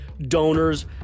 donors